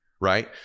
right